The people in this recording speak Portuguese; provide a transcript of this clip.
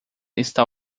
está